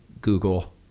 google